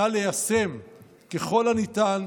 נא ליישם ככל הניתן,